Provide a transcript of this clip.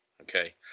Okay